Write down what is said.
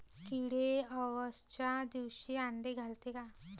किडे अवसच्या दिवशी आंडे घालते का?